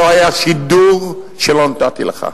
לא היה שידור שלא נתתי לך,